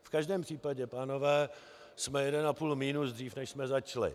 V každém případě, pánové, jsme 1,5 minus, dřív než jsme začali.